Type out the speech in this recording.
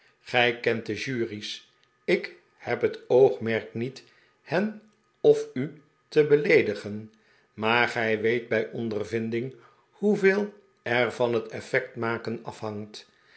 gij kent de jury's ik heb het oogmerk niet hen of u te beleedigen maar gij weet bij ondervinding hoeveel er van het effectmaken afhangt